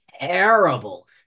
terrible